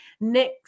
next